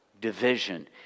division